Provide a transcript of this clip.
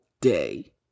day